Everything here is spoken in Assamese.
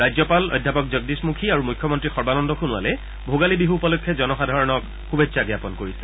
ৰাজ্যপাল অধ্যাপক জগদীশ মুখী আৰু মুখ্যমন্ত্ৰী সৰ্বানন্দ সোণোৱালে ভোগালী বিহু উপলক্ষে জনসাধাৰণক শুভেচ্ছা জ্ঞাপন কৰিছে